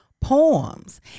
poems